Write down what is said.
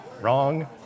Wrong